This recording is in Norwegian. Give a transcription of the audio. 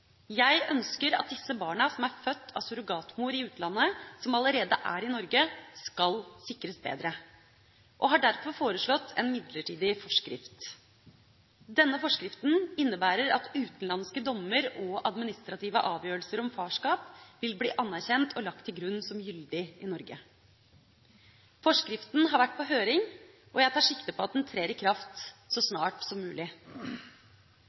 Jeg ønsker at disse barna, som er født av surrogatmor i utlandet, og som allerede er i Norge, skal sikres bedre, og har derfor foreslått en midlertidig forskrift. Denne forskriften innebærer at utenlandske dommer og administrative avgjørelser om farskap vil bli anerkjent og lagt til grunn som gyldige i Norge. Forskriften har vært på høring, og jeg tar sikte på at den trer i kraft så snart som mulig.